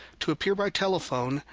to appear by telephone,